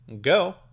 Go